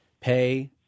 pay